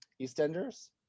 eastenders